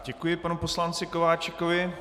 Děkuji panu poslanci Kováčikovi.